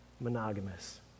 monogamous